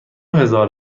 هزار